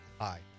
Hi